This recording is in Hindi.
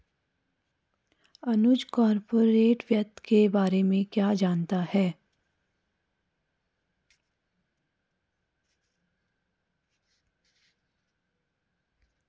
अनुज कॉरपोरेट वित्त के बारे में क्या जानता है?